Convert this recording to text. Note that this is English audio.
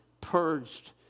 purged